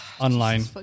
online